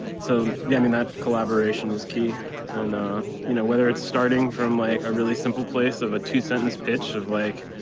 so yeah, i mean that collaboration is key and ah you know, whether it's starting from like a really simple place of a two-sentence pitch of like,